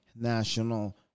National